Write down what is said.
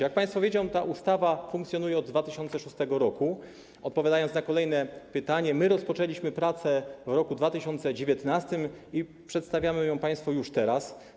Jak państwo wiecie, ta ustawa funkcjonuje od 2006 r. - odpowiadam na kolejne pytanie - my rozpoczęliśmy prace w roku 2019 i przedstawiamy to państwu już teraz.